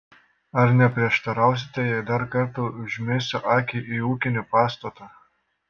ar neprieštarausite jei dar kartą užmesiu akį į ūkinį pastatą